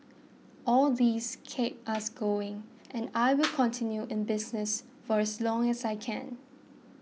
all these keep us going and I will continue in the business for as long as I can